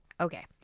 okay